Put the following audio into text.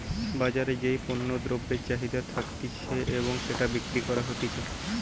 বাজারে যেই পণ্য দ্রব্যের চাহিদা থাকতিছে এবং সেটা বিক্রি করা হতিছে